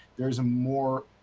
there is a more,